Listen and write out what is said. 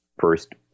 first